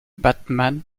batman